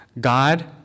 God